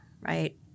right